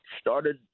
started